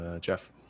Jeff